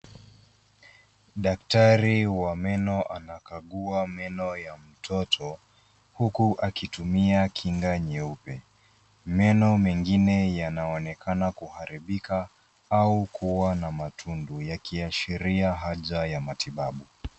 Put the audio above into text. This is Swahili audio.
Daktari wa meno anakagua meno ya mtoto huku akitumia kinga nyeupe. Meno mengine yanaonekana kuharibika au kuwa na matundu yakiashiria haja ya matibabu.